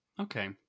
Okay